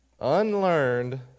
unlearned